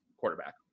quarterback